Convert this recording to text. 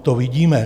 To vidíme.